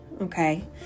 okay